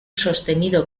sostenido